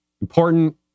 important